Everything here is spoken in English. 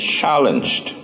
challenged